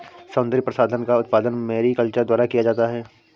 सौन्दर्य प्रसाधन का उत्पादन मैरीकल्चर द्वारा किया जाता है